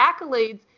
accolades